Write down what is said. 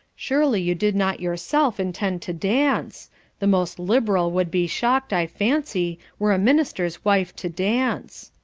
surely you did not yourself intend to dance the most liberal would be shocked, i fancy, were a minister's wife to dance.